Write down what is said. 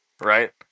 Right